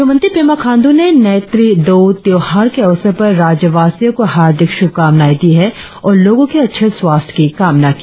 मुख्यमंत्री पेमा खांडू ने न्येथ्री दौ त्योहार के अवसर पर राज्यवासियों को हार्दिक शुभकामनाए दी है और लोगों के अच्छे स्वास्थ्य की कामना की